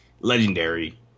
legendary